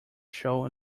show